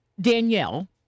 Danielle